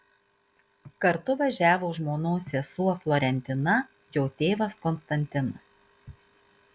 kartu važiavo žmonos sesuo florentina jo tėvas konstantinas